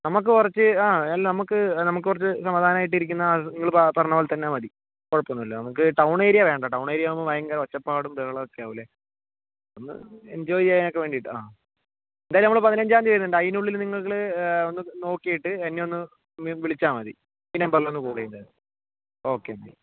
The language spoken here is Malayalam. നമുക്ക് കുറച്ച് ആ നമുക്ക് നമുക്ക് കുറച്ച് സമാധാനമായിട്ട് ഇരിക്കുന്ന ആളുകൾ പറഞ്ഞപോലെതന്നെ മതി കുഴപ്പമൊന്നുമില്ല നമുക്ക് ടൗൺ ഏരിയ വേണ്ട ടൗൺ ഏരിയ ആവുമ്പോൾ ഭയങ്കര ഒച്ചപ്പാടും ബഹളവുമൊക്കേ ആവില്ലേ ഒന്ന് എൻജോയ് ചെയ്യാനൊക്കെ വേണ്ടിയിട്ട് ആ എന്തായാലും നമ്മൾ പതിനഞ്ചാം തീയ്യതി ഉണ്ട് അതിനുള്ളിൽ നിങ്ങൾ ഒന്ന് നോക്കിയിട്ട് എന്നെ ഒന്ന് വിളിച്ചാൽമതി ഈ നമ്പറിൽ ഒന്ന് കോൾ ചെയ്തേക്ക് ഓക്കേ എന്നാൽ